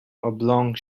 oblong